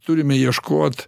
turime ieškot